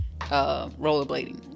rollerblading